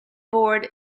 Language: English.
board